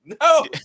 no